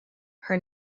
her